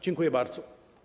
Dziękuję bardzo.